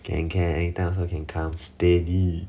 can can anytime also can come steady